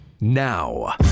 Now